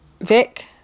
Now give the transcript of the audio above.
Vic